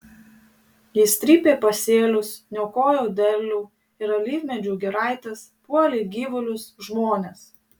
jis trypė pasėlius niokojo derlių ir alyvmedžių giraites puolė gyvulius žmones